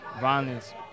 violence